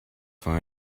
for